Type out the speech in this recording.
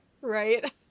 right